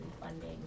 funding